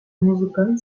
музыканы